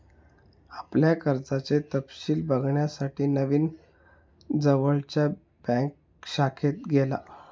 आपल्या कर्जाचे तपशिल बघण्यासाठी नवीन जवळच्या बँक शाखेत गेला